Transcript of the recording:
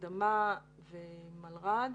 הרדמה ומלר"ד.